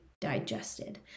digested